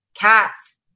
cats